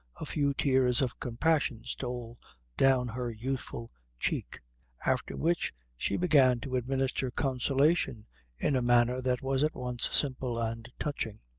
a few tears of compassion stole down her youthful cheek after which she began to administer consolation in a manner that was at once simple and touching.